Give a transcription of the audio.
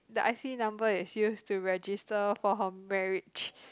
the I_C number is use to register for her marriage